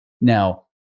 Now